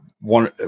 one